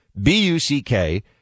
B-U-C-K